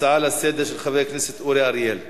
הצעה לסדר-היום מס' 5560 של חבר הכנסת אורי אריאל.